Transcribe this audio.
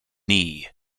knee